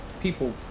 People